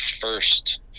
first